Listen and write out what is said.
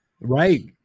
right